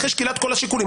אחרי שקילת כל השיקולים.